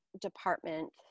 department